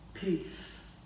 Peace